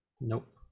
Nope